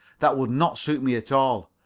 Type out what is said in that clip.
that would not suit me at all.